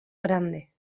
grande